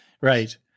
right